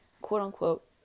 quote-unquote